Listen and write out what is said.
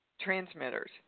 transmitters